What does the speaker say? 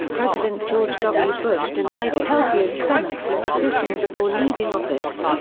president george w. bush denied peltier's clemency petition before leaving office.